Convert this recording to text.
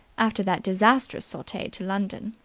after that disastrous sortie to london.